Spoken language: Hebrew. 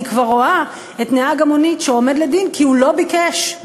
אני כבר רואה את נהג המונית שעומד לדין כי הוא לא ביקש,